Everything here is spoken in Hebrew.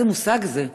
איזה מושג זה,